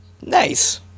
Nice